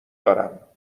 دارم